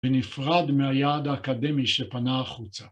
‫ונפרד מהיעד האקדמי שפנה החוצה.